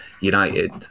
United